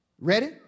Ready